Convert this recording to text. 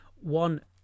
one